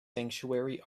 sanctuary